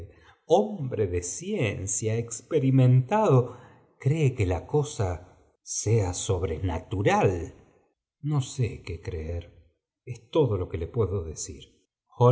hombre de ciencia experimentado cree que la cosa sea sobrenatural j no sé creer es todo lo que le puedo dehoimes